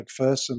McPherson